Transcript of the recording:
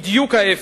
בדיוק ההיפך.